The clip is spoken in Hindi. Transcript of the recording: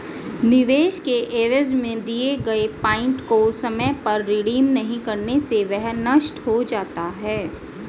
निवेश के एवज में दिए गए पॉइंट को समय पर रिडीम नहीं करने से वह नष्ट हो जाता है